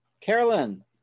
Carolyn